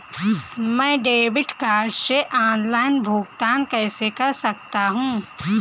मैं debit card से online भुगतान कैसे कर सकता हूँ?